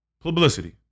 publicity